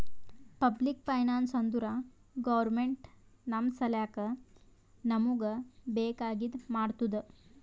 public finance ಅಂದುರ್ government ನಮ್ ಸಲ್ಯಾಕ್ ನಮೂಗ್ ಬೇಕ್ ಆಗಿದ ಮಾಡ್ತುದ್